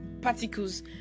particles